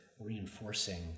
reinforcing